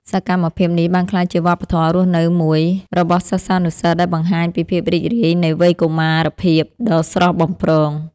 សកម្មភាពនេះបានក្លាយជាវប្បធម៌រស់នៅមួយរបស់សិស្សានុសិស្សដែលបង្ហាញពីភាពរីករាយនៃវ័យកុមារភាពដ៏ស្រស់បំព្រង។